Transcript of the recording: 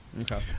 Okay